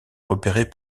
repéré